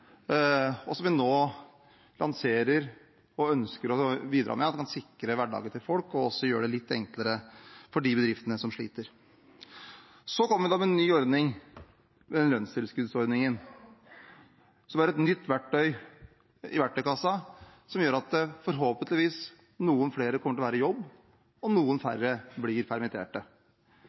som vi nå lanserer, og som vi ønsker skal bidra til å sikre hverdagen til folk og også gjøre det litt enklere for de bedriftene som sliter. Så kommer vi med en ny ordning, lønnstilskuddsordningen, som er et nytt verktøy i verktøykassa, som gjør at forhåpentligvis noen flere kommer til å være i jobb og noen færre blir